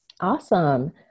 Awesome